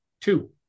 Two